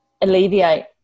alleviate